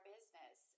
business